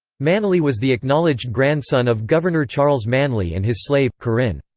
manly was the acknowledged grandson of governor charles manly and his slave, corinne.